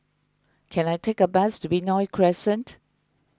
can I take a bus to Benoi Crescent